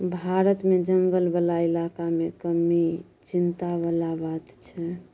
भारत मे जंगल बला इलाका मे कमी चिंता बला बात छै